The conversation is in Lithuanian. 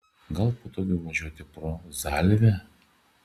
gal patogiau važiuoti pro zalvę